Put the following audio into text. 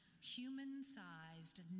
human-sized